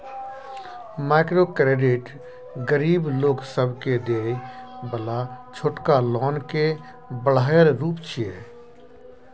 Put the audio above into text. micro credit गरीब लोक सबके देय बला छोटका लोन के बढ़ायल रूप छिये